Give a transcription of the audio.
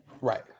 Right